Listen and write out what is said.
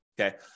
Okay